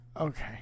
Okay